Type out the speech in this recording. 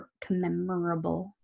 commemorable